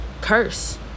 curse